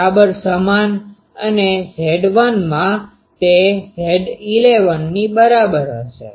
બરાબર સમાન અને Z1 માં તે Z11 ની બરાબર હશે